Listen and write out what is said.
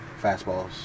fastballs